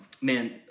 man